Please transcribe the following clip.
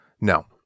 No